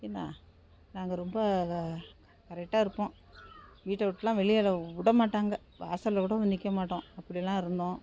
என்ன நாங்கள் ரொம்ப கரெக்டாக இருப்போம் வீட்டை உட்டுலாம் வெளியில் விட மாட்டாங்க வாசலில் கூட வந்து நிற்க மாட்டோம் அப்படிலாம் இருந்தோம்